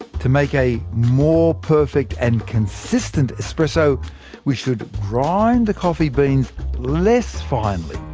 to make a more perfect and consistent espresso we should grind the coffee beans less finely,